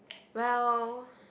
while